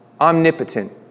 omnipotent